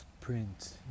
print